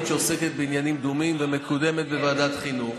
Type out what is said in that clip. שעוסקת בעניינים דומים ומקודמת בוועדת החינוך.